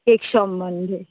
cake সম্বন্ধে